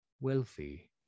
Wealthy